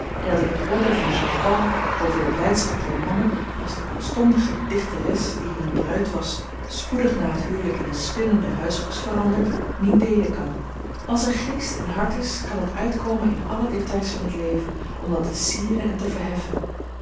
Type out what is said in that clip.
en dat ik het oordeel van jean paul over de blijdschap der mannen als de kortstondige dichteres die hunne bruid was spoedig na het huwelijk in eene spinnende huispoes veranderd niet deelen kan als er geest en hart is kan dat uitkomen in alle détails van het leven om dat te sieren en te verheffen